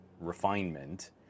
refinement